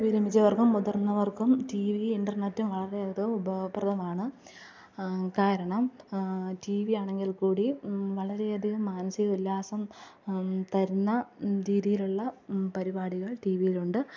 വിരമിച്ചവര്ക്കും മുതിര്ന്നവര്ക്കും T V ഇന്റെര്നെറ്റും വളരെ അത് ഉപയോഗപ്രധമാണ് കാരണം റ്റി വിയാണെങ്കില്ക്കൂടി വളരെയധികം മാനസികുല്ലാസം തരുന്ന രീതിയിലുള്ള പരിപാടികള് ടീ വിയിലുണ്ട്